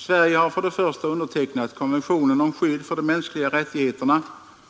Sverige har för det första undertecknat konventionen om skydd för de mänskliga rättigheterna